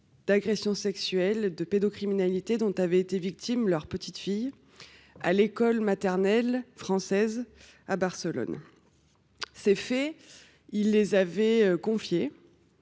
d’agression sexuelle et de pédocriminalité dont avait été victime leur petite fille à l’école maternelle française de Barcelone. Ces faits, ils les avaient confiés